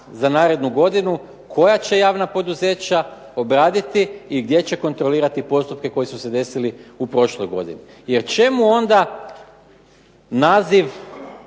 za narednu godinu koja će javna poduzeća obraditi i gdje će kontrolirati postupke koji su se desili u prošloj godini. Jer čemu onda naziv